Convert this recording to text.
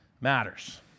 matters